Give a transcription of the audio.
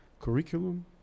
curriculum